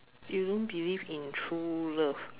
you don't believe in true love